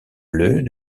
bleues